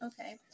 Okay